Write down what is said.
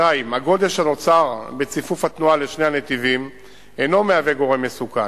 הגודש הנוצר בציפוף התנועה לשני הנתיבים אינו מהווה גורם מסוכן.